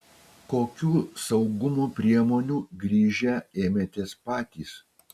kokių saugumo priemonių grįžę ėmėtės patys